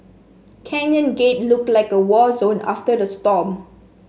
Canyon Gate looked like a war zone after the storm